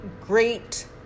great